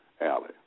alley